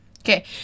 Okay